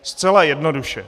Zcela jednoduše.